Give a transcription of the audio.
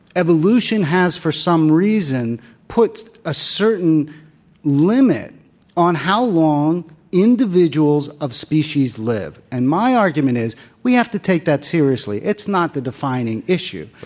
evolution has for some reason put a certain limit on how long individuals of species live. and my argument is we have to take that seriously. it's not the defining issue.